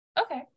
Okay